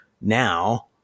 now